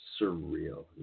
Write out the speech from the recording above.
surreal